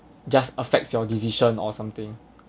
just affects your decision or something